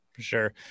Sure